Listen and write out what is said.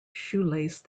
shoelace